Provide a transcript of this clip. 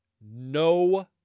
No